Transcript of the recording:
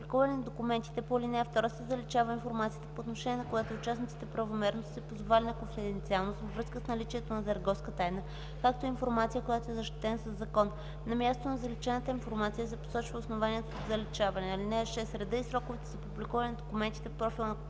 публикуване на документите по ал. 2, се заличава информацията, по отношение на която участниците правомерно са се позовали на конфиденциалност във връзка с наличието на търговска тайна, както и информация, която е защитена със закон. На мястото на заличената информация се посочва основанието за заличаване. (6) Редът и сроковете за публикуване на документите в профила